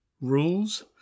rules